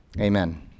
Amen